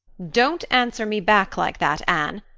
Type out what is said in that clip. don't answer me back like that, anne.